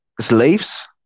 slaves